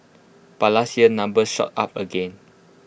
but last year numbers shot up again